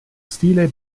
stile